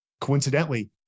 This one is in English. Coincidentally